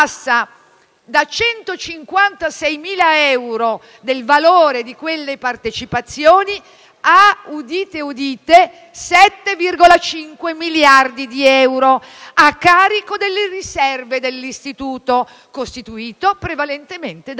da 156.000 euro del valore di quelle partecipazioni a - udite, udite - 7,5 miliardi di euro a carico delle riserve dell'Istituto, costituite prevalentemente dall'oro.